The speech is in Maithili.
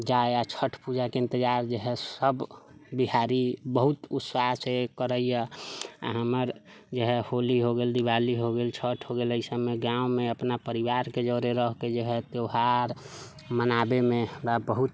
जाय आ छठि पूजाके इन्तजार जे हइ सब बिहारी बहुत उत्साह से करैया आ हमर जे हइ होली हो गेल दीवाली हो गेल छठि हो गेल एहि सबमे गाँवमे अपना परिवार एक जरे रहके जे हइ त्यौहार मनाबैमे हमरा बहुत